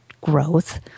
growth